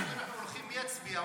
אם אתם הולכים, מי יצביע?